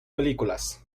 películas